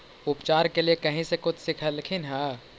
उपचार के लीये कहीं से कुछ सिखलखिन हा?